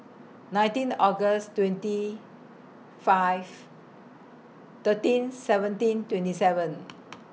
nineteen August twenty five thirteen seventeen twenty seven